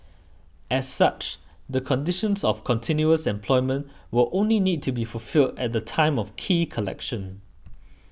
as such the conditions of continuous employment will only need to be fulfilled at the time of key collection